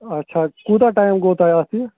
اَچھا کوٗتاہ ٹایم گوٚو تۄہہِ اَتھ یہِ